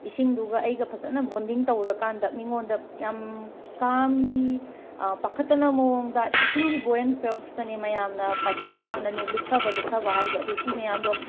ꯏꯁꯤꯡꯗꯨꯒ ꯑꯩꯒ ꯐꯖꯅ ꯕꯣꯟꯗꯤꯡ ꯇꯧꯔꯀꯥꯟꯗ ꯃꯤꯉꯣꯟꯗ ꯌꯥꯝꯅ ꯀꯥꯝꯂꯤ ꯄꯥꯈꯠꯇꯅꯕ ꯃꯑꯣꯡꯗ ꯏꯁꯤꯡꯒꯤ ꯕꯣꯌꯦꯟ ꯐ꯭ꯌꯣꯁꯇꯅꯦ ꯃꯌꯥꯝꯅ ꯄꯥꯏꯈꯠꯂꯀꯥꯟꯗꯅꯦ ꯂꯨꯞꯊꯕ ꯂꯨꯞꯊꯕ ꯍꯥꯏꯁꯦ ꯑꯗꯨ ꯁꯤ ꯃꯌꯥꯝꯗꯣ